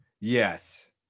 Yes